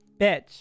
bitch